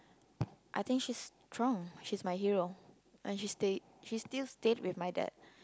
I think she's strong she's my hero and she stay she still stayed with my dad